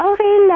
Okay